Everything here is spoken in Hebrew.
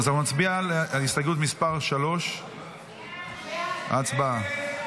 נצביע על הסתייגות מס' 3. הצבעה.